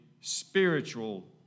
spiritual